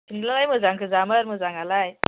सेन्देलालाय मोजां गोजामोन मोजाङालाय